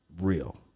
real